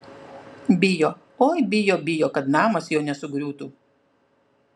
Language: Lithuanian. bijo oi bijo bijo kad namas jo nesugriūtų